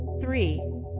three